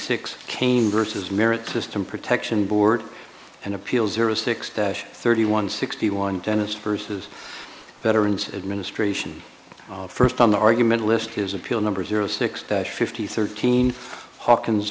six kane versus merit system protection board and appeal zero six dash thirty one sixty one tennis purses veterans administration first on the argument list his appeal number zero six fifty thirteen hawkins